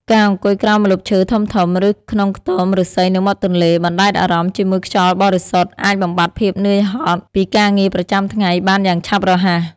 ការអង្គុយក្រោមម្លប់ឈើធំៗ ឬក្នុងខ្ទមឫស្សីនៅមាត់ទន្លេ បណ្តែតអារម្មណ៍ជាមួយខ្យល់បរិសុទ្ធអាចបំបាត់ភាពនឿយហត់ពីការងារប្រចាំថ្ងៃបានយ៉ាងឆាប់រហ័ស។